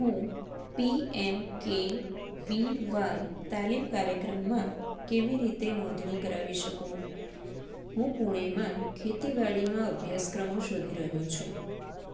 હું P M K V Y તાલીમ કાર્યક્રમમાં કેવી રીતે નોંધણી કરાવી શકું હું પૂણેમાં ખેતીવાડીમાં અભ્યાસક્રમો શોધી રહ્યો છું